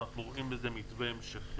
ואנחנו רואים בזה מתווה המשכי.